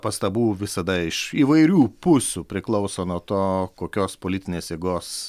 pastabų visada iš įvairių pusių priklauso nuo to kokios politinės jėgos